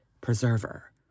preserver